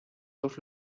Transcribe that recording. dos